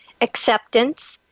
acceptance